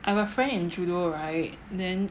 I have a friend in judo right then